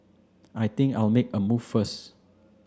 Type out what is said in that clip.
I think I'll make a move first